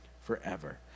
forever